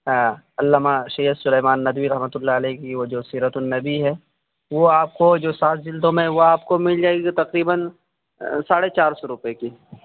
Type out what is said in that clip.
علامہ سید سلیمان ندوی رحمتہ اللہ علیہ کی وہ جو سیرت النبی ہے وہ آپ کو جو سات جلدوں میں وہ آپ کو مل جائے گی تقریباً ساڑھے چار سو روپے کی